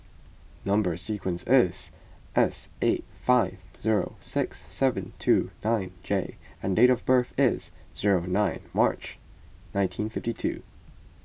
Number Sequence is S eight five zero six seven two nine J and date of birth is zero nine March nineteen fifty two